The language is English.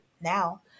now